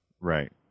right